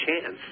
chance